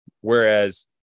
Whereas